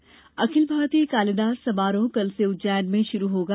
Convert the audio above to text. कालिदास समारोह अखिल भारतीय कालिदास समारोह कल से उज्जैन में शुरू होगा